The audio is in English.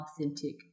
authentic